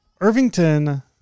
Irvington